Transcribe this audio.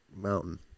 mountain